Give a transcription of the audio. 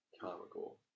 comical